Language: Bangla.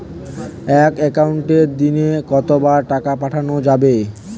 এক একাউন্টে দিনে কতবার টাকা পাঠানো যাবে?